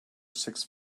six